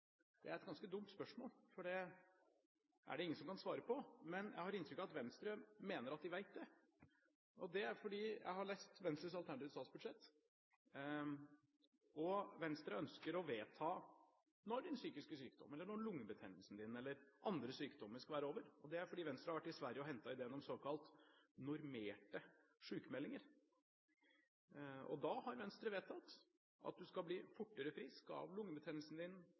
Det er et ganske dumt spørsmål, for det er det ingen som kan svare på. Men jeg har inntrykk av at Venstre mener at de vet det, for jeg har lest Venstres alternative statsbudsjett. Venstre ønsker å vedta når din psykiske sykdom, lungebetennelse eller andre sykdommer skal være over. Det er fordi Venstre har vært i Sverige og hentet ideen om såkalte normerte sykmeldinger. Da har Venstre vedtatt at du skal bli fortere frisk av lungebetennelsen din,